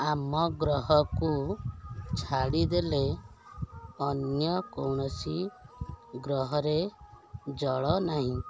ଆମ ଗ୍ରହକୁ ଛାଡ଼ିଦେଲେ ଅନ୍ୟ କୌଣସି ଗ୍ରହରେ ଜଳ ନାହିଁ